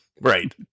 Right